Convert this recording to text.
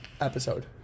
episode